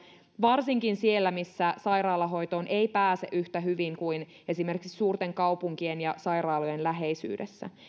varsinkin siellä missä sairaalahoitoon ei pääse yhtä hyvin kuin esimerkiksi suurten kaupunkien ja sairaaloiden läheisyydessä